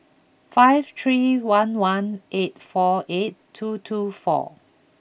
five three one one eight four eight two two four